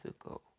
ago